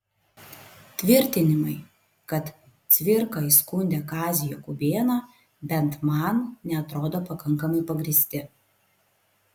tvirtinimai kad cvirka įskundė kazį jakubėną bent man neatrodo pakankamai pagrįsti